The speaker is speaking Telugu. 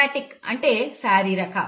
సోమాటిక్ అంటే శారీరక